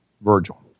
Virgil